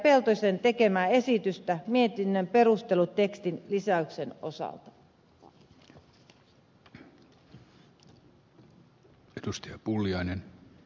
peltosen tekemää esitystä mietinnön perustelutekstin lisäyksen osalta